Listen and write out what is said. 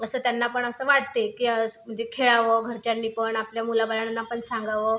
असं त्यांनापण असं वाटते की असं म्हणजे खेळावं घरच्यांनीपण आपल्या मुलाबाळांना पण सांगावं